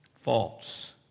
False